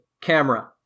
camera